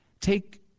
Take